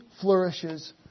flourishes